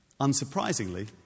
unsurprisingly